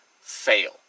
fail